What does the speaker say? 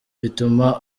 bituma